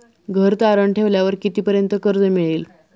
घर तारण ठेवल्यावर कितीपर्यंत कर्ज मिळेल?